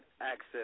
access